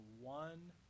one